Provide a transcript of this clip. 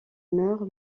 meurt